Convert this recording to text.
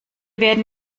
werden